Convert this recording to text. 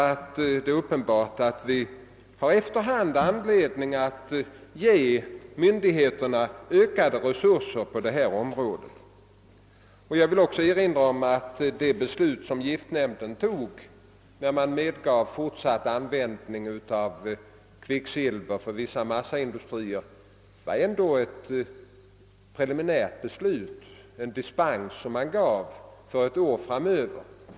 Det är uppenbart att vi har anledning att ge myndigheterna ökade resurser på detta område. Jag vill också erinra om att giftnämndens beslut att medgiva fortsatt användning av kvicksilver inom vissa massaindustrier var preliminärt. Man gav en dispens för ett år framöver.